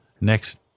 Next